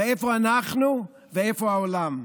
איפה אנחנו ואיפה העולם?